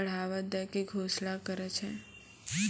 बढ़ावा दै के घोषणा करनॅ छै